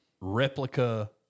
replica